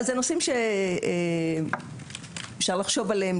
אלה נושאים שאפשר לחשוב עליהם,